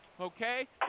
okay